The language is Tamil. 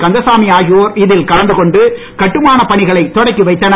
கந்தசாமி ஆகியோர் இதில் கலந்து கொண்டு கட்டுமானப் பணிகளை தொடக்கி வைத்தனர்